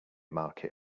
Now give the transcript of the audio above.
market